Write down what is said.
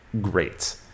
great